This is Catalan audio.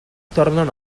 tornen